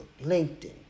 LinkedIn